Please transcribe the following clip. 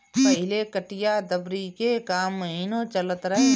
पहिले कटिया दवरी के काम महिनो चलत रहे